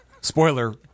spoiler